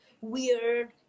weird